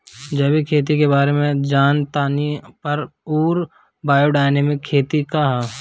जैविक खेती के बारे जान तानी पर उ बायोडायनमिक खेती का ह?